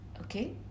okay